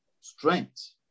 strength